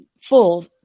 full